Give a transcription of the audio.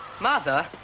Mother